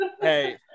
Hey